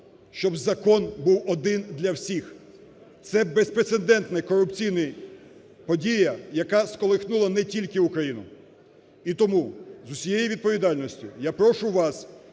щоб закон був один для всіх. Це безпрецедентна корупційна подія, яка сколихнула не тільки Україну. І тому, з усією відповідальністю я прошу вас